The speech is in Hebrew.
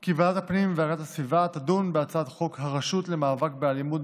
כי ועדת הפנים והגנת הסביבה תדון בהצעת חוק הרשות למאבק באלימות,